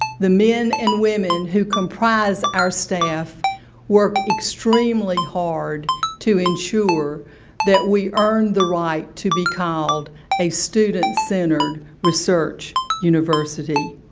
the men and women who comprise our staff work extremely hard to ensure that we earn the right to be called a student-centered research university.